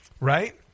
right